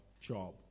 job